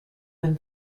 been